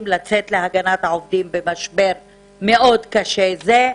לצאת להגנת העובדים במשבר מאוד קשה זה,